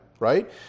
right